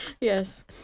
Yes